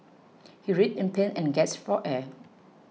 he writhed in pain and gasped for air